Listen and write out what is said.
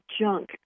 junk